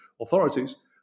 authorities